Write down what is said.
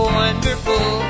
wonderful